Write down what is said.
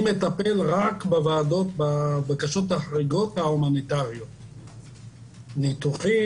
אני מטפל בוועדות רק בבקשות החריגות ההומניטרית ניתוחים,